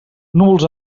núvols